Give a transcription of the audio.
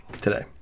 today